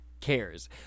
cares